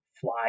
fly